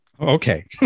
Okay